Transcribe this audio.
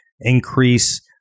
increase